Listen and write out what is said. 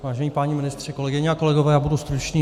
Vážení páni ministři, kolegyně a kolegové, já budu stručný.